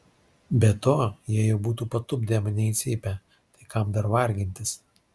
be to jie jau būtų patupdę mane į cypę tai kam dar vargintis